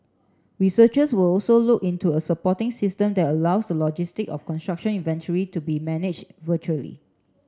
researchers will also look into a supporting system that allows the logistic of construction inventory to be managed virtually